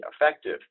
effective